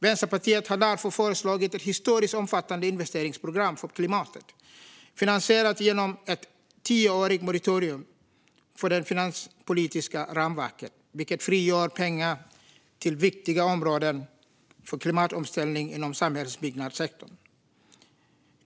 Vänsterpartiet har därför föreslagit ett historiskt omfattande investeringsprogram för klimatet finansierat genom ett tioårigt moratorium för det finanspolitiska ramverket, vilket frigör pengar till viktiga områden för klimatomställningen inom samhällsbyggnadssektorn.